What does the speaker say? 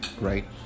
right